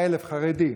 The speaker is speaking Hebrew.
100,000 חרדים.